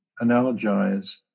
analogize